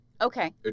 Okay